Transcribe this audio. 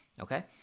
okay